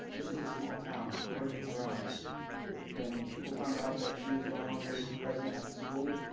this is a small town word gets around when people found out that he was no longer present at the school